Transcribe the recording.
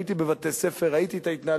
הייתי בבתי-ספר, ראיתי את ההתנהלויות.